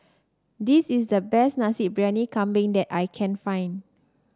this is the best Nasi Briyani Kambing that I can find